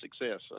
success